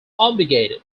obligated